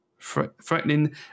threatening